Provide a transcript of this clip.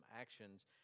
actions